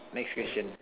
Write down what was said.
next question